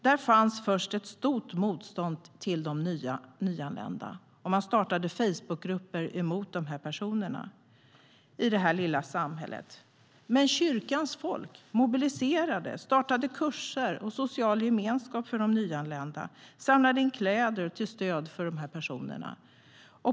Där fanns först ett stort motstånd mot de nyanlända, och man startade Facebookgrupper mot de här personerna i det lilla samhället. Men kyrkans folk mobiliserade, startade kurser, erbjöd social gemenskap och samlade in kläder till stöd för de här personerna.